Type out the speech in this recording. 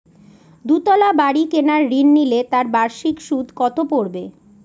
দুতলা বাড়ী কেনার ঋণ নিলে তার বার্ষিক সুদ কত পড়বে?